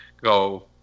go